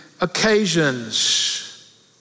occasions